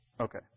Okay